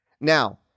Now